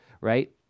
right